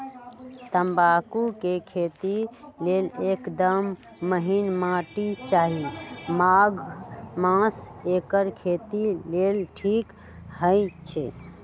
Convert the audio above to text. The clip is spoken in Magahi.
तमाकुल के खेती लेल एकदम महिन माटी चाहि माघ मास एकर खेती लेल ठीक होई छइ